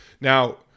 Now